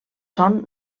són